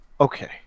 Okay